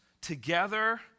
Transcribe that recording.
together